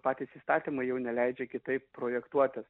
patys įstatymai jau neleidžia kitaip projektuotis